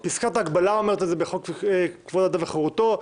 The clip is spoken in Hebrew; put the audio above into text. פסקת ההגבלה אומרת זה בחוק יסוד: כבוד האדם וחירותו,